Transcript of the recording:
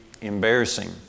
embarrassing